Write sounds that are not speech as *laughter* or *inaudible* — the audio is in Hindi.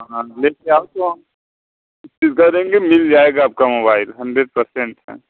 हाँ ले कर आओ तो हम *unintelligible* देंगे मिल जाएगा आपका मोबाईल हैंड्रेड पर्सेंट है